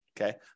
Okay